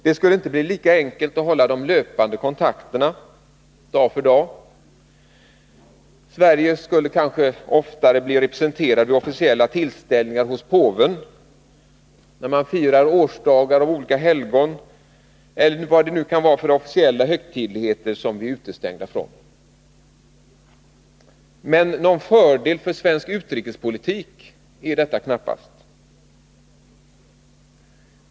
Det skulle inte bli lika enkelt att upprätthålla de löpande kontakterna dag för dag. Sverige skulle kanske oftare bli representerat vid officiella tillställningar hos påven —t.ex. när man firar olika helgons årsdagar eller vad det nu kan vara för officiella högtidligheter som vi nu är utestängda från. Men någon fördel för svensk utrikespolitik är detta knappast.